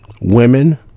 women